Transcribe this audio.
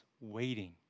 waiting